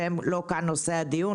אבל הן לא נושא הדיון כאן.